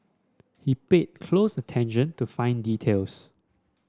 he paid close attention to fine details